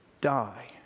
die